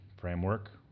framework